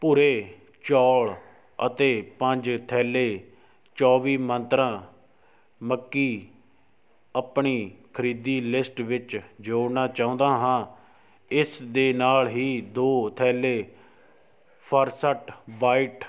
ਭੂਰੇ ਚੌਲ ਅਤੇ ਪੰਜ ਥੈਲੇ ਚੌਵੀ ਮੰਤਰਾਂ ਮੱਕੀ ਆਪਣੀ ਖਰੀਦੀ ਲਿਸਟ ਵਿੱਚ ਜੋੜਨਾ ਚਾਹੁੰਦਾ ਹਾਂ ਇਸ ਦੇ ਨਾਲ ਹੀ ਦੋ ਥੈਲੇ ਫਰਸਟ ਬਾਈਟ